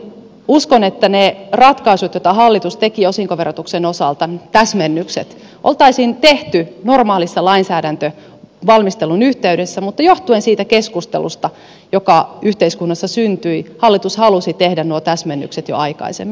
tältä osin uskon että ne ratkaisut joita hallitus teki osinkoverotuksen osalta ne täsmennykset oltaisiin tehty normaalin lainsäädäntövalmistelun yhteydessä mutta johtuen siitä keskustelusta joka yhteiskunnassa syntyi hallitus halusi tehdä nuo täsmennykset jo aikaisemmin